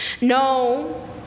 No